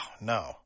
no